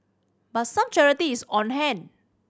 but some clarity is on hand